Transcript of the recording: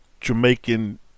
Jamaican